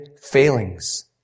failings